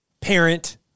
Parent